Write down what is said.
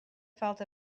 felt